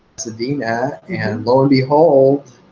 pasadena and lo and behold.